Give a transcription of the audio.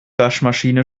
waschmaschine